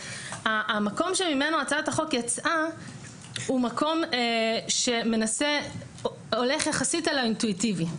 המקום שממנו הצעת החוק יצאה הוא מקום שהולך יחסית על האינטואיטיבי.